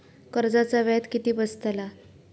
कर्जाचा व्याज किती बसतला?